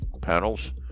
panels